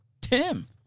Tim